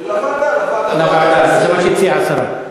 ועדה, מה שהציעה השרה.